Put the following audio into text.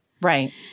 Right